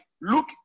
look